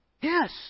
Yes